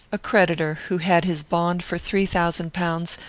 a creditor, who had his bond for three thousand pounds,